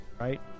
right